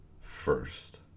first